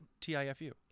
T-I-F-U